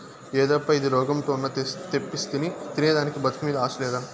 యేదప్పా ఇది, రోగంతో ఉన్న తెప్పిస్తివి తినేదానికి బతుకు మీద ఆశ లేదా